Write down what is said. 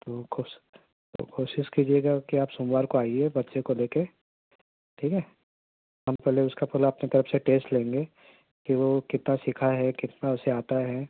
تو کوس تو کوشش کیجیے گا کہ آپ سوموار کو آئیے بچے کو لے کے ٹھیک ہے ہم پہلے اس کا پہلا اپنی طرف سے ٹیسٹ لیں گے کہ وہ کتنا سکھا ہے کتنا اسے آتا ہے